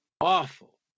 awful